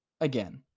again